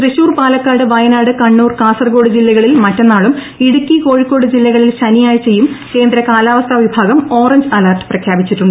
തൃശൂർ പാലക്കാട് വയനാട് കണ്ണൂർ കാസർകോട് ജില്ലകളിൽ മറ്റന്നാളും ഇടുക്കി കോഴിക്കോട് ജില്ലകളിൽ ശനിയാഴ്ചയും കേന്ദ്രകാലാവസ്ഥാ വിഭാഗം ഓറഞ്ച് അലർട്ട് പ്രഖ്യാപിച്ചിട്ടുണ്ട്